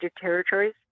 territories